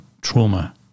trauma